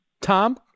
Tom